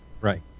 Right